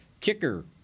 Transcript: kicker